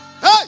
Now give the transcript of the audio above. Hey